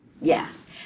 yes